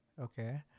Okay